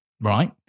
Right